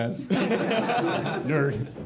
Nerd